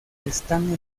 están